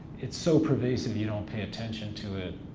it's so pervasive you don't pay attention to it,